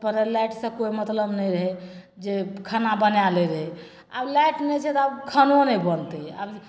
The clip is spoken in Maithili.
पहिले लाइट सँ कोइ मतलब नहि रहै जे खाना बना लेबै आब लाइट नहि छै तऽ आब खनो नहि बनतै आब जे